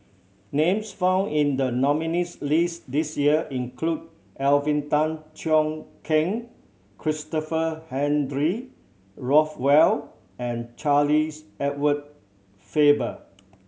names found in the nominees' list this year include Alvin Tan Cheong Kheng Christopher Henry Rothwell and Charles Edward Faber